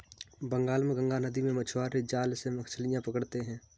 बंगाल में गंगा नदी में मछुआरे जाल से मछलियां पकड़ते हैं